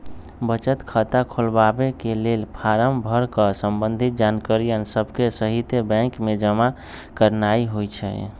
बचत खता खोलबाके लेल फारम भर कऽ संबंधित जानकारिय सभके सहिते बैंक में जमा करनाइ होइ छइ